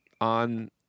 on